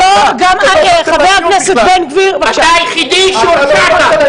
--- חבר הכנסת בן גביר --- אתה היחידי שהורשעת.